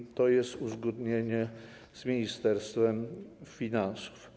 I to jest uzgodnienie z Ministerstwem Finansów.